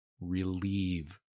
relieve